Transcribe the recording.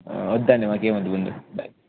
వద్దండి మాకు ఏమి వద్దు ముందు బాయ్